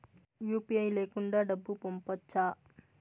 UPI లేకుండా డబ్బు పంపొచ్చా